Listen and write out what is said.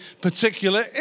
particular